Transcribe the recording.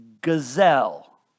gazelle